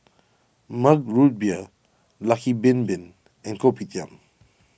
Mug Root Beer Lucky Bin Bin and Kopitiam